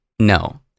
No